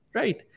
right